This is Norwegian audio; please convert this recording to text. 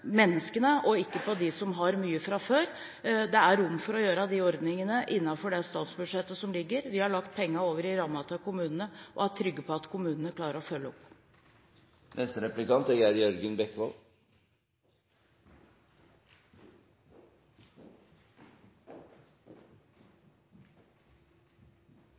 menneskene, men ikke på de menneskene som har mye fra før. Det er rom for å gjøre de ordningene innenfor det statsbudsjettet som ligger der. Vi har lagt pengene over i rammen til kommunene, og er trygge på at kommunene klarer å følge opp.